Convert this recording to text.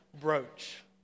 brooch